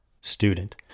student